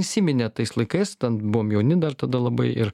įsiminė tais laikais ten buvom jauni dar tada labai ir